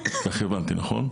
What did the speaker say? כך הבנתי, נכון?